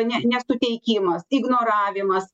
ne nesuteikimas ignoravimas